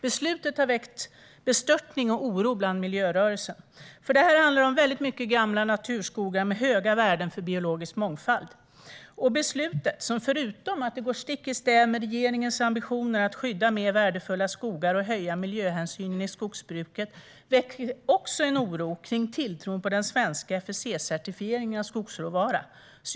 Beslutet har väckt bestörtning och oro inom miljörörelsen, för det handlar om gamla naturskogar med höga värden i fråga om biologisk mångfald. Förutom att beslutet går stick i stäv med regeringens ambitioner att skydda mer värdefulla skogar och öka miljöhänsynen i skogsbruket väcker det oro över tilltron till den svenska FSC-certifieringen av skogsråvara.